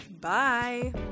Bye